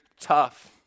tough